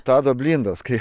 tado blindos kai